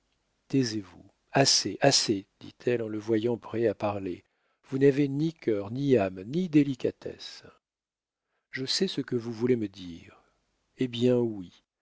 taisez-vous assez assez dit-elle en le voyant prêt à parler vous n'avez ni cœur ni âme ni délicatesse je sais ce que vous voulez me dire eh bien oui